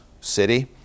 city